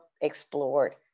explored